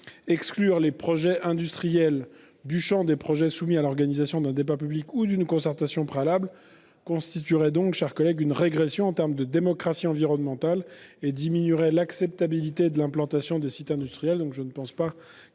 Exclure les projets industriels du champ des projets soumis à l'organisation d'un débat public ou d'une concertation préalable constituerait donc une régression en matière de démocratie environnementale et diminuerait l'acceptabilité de l'implantation de sites industriels.